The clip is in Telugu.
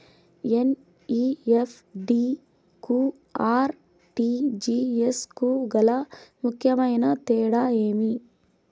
ఎన్.ఇ.ఎఫ్.టి కు ఆర్.టి.జి.ఎస్ కు గల ముఖ్యమైన తేడా ఏమి?